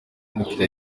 umukiriya